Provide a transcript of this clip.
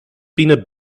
peanut